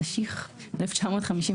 התשי"ח-1958